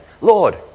Lord